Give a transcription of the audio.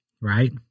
right